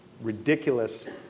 ridiculous